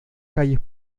calles